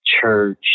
church